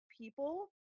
people